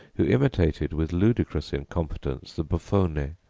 who imitated with ludicrous incompetence the buffone,